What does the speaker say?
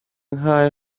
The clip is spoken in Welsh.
nghae